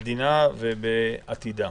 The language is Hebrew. במדינה ובעתידה.